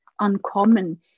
uncommon